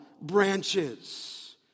branches